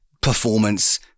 performance